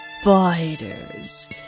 Spiders